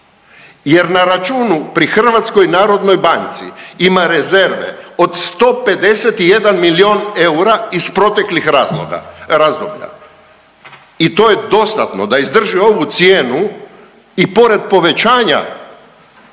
jer na računu pri HNB-u ima rezerve od 151 milion eura iz proteklih razloga, razdoblja. I to je dostatno da izdrži ovu cijenu i pored povećanja